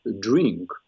drink